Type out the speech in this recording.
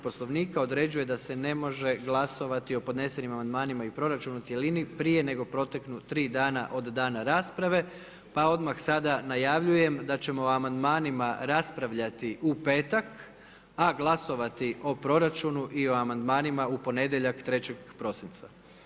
Poslovnika određuje da se ne može glasovati o podnesenim amandmanima i proračunu u cjelini prije nego proteknu tri dana od dana rasprave, pa odmah sada najavljujem da ćemo o amandmanima raspravljati u petak, a glasovati o proračunu i o amandmanima u ponedjeljak, 03. prosinca.